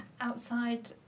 outside